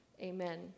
Amen